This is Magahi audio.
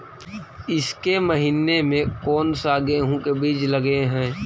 ईसके महीने मे कोन सा गेहूं के बीज लगे है?